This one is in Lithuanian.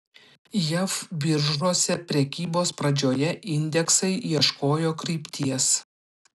jav biržose prekybos pradžioje indeksai ieškojo krypties